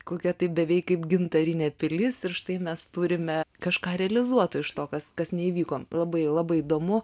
kokia tai beveik kaip gintarinė pilis ir štai mes turime kažką realizuota iš to kas kas neįvyko labai labai įdomu